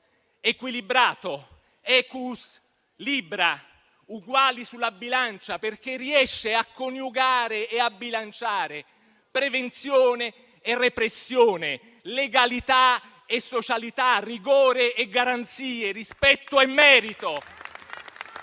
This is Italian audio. e *libra* - bilancia - uguali sulla bilancia) perché riesce a coniugare e a bilanciare prevenzione e repressione, legalità e socialità, rigore e garanzie, rispetto e merito,